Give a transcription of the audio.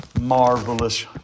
marvelous